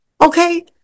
Okay